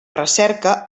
recerca